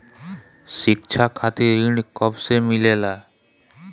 शिक्षा खातिर ऋण कब से मिलेला?